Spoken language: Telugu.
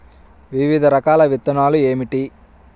వివిధ రకాల విత్తనాలు ఏమిటి?